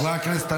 חברי הכנסת,